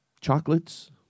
chocolates